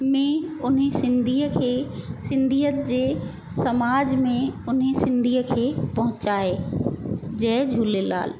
में उन्हीअ सिंधीअ खे सिंधीयत जे समाज में उन सिंधीअ खे पोहचाए जय झूलेलाल